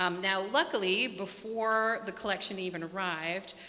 um now luckily, before the collection even arrived,